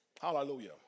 Hallelujah